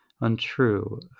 untrue